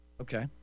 Okay